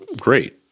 great